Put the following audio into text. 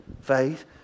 faith